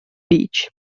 beach